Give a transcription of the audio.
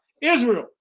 Israel